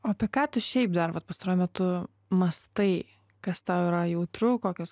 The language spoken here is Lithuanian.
o apie ką tu šiaip dar vat pastaruoju metu mąstai kas tau yra jautru kokios